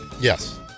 Yes